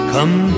Come